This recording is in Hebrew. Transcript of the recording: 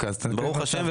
ברוך השם.